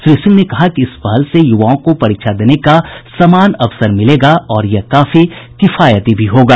श्री सिंह ने कहा कि इस पहल से युवाओं को परीक्षा देने का समान अवसर मिलेगा और यह काफी किफायती भी होगा